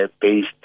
based